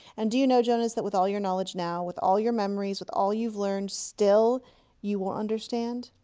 and do you know, jonas, that with all your knowledge now, with all your memories, with all you've learned still you won't un derstand?